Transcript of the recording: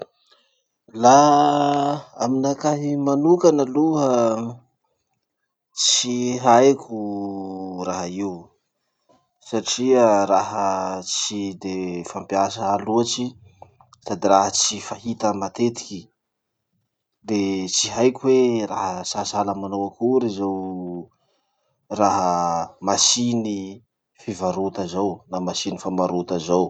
Laha aminakahy manoka aloha tsy haiko raha io satria raha tsy de fampiasà loatsy sady raha tsy fahita matetiky. De tsy haiko hoe raha saha- sahala manao akory zao raha masiny fivarota zao na masiny famarota zao.